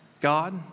God